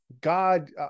God